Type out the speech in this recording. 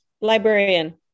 librarian